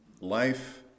life